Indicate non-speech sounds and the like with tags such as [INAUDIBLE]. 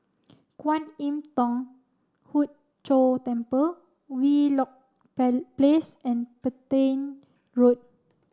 Kwan Im Thong Hood Cho Temple Wheelock [UNINTELLIGIBLE] Place and Petain Road